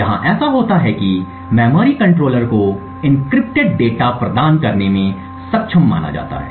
यहां ऐसा होता है कि मेमोरी कंट्रोलर को एन्क्रिप्टेड डेटा प्रदान करने में सक्षम माना जाता है